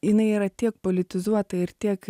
jinai yra tiek politizuota ir tiek